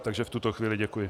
Takže v tuto chvíli děkuji.